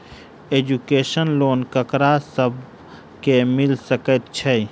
Education loan ककरा सब केँ मिल सकैत छै?